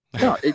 No